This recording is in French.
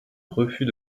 refus